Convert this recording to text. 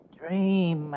dream